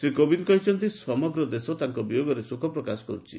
ଶ୍ରୀ କୋବିନ୍ଦ କହିଛନ୍ତି ସମଗ୍ର ଦେଶ ତାଙ୍କ ବିୟୋଗରେ ଶୋକ ପ୍ରକାଶ କରୁଛି